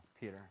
Peter